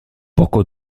poco